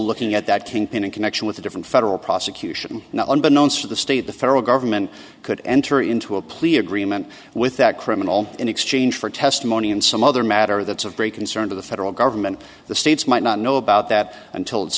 looking at that kingpin in connection with a different federal prosecution and unbeknown to the state the federal government could enter into a plea agreement with that criminal in exchange for testimony and some other matter that's of great concern to the federal government the states might not know about that until it's